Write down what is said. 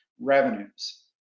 revenues